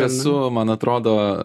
esu man atrodo